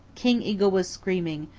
king eagle was screaming,